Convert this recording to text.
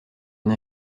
une